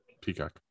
peacock